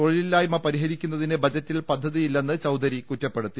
തൊഴിലില്ലായ്മ പരിഹരിക്കുന്നതിന് ബജ റ്റിൽ പദ്ധതിയില്ലെന്ന് ചൌദരി കുറ്റപ്പെടുത്തി